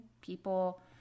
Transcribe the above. people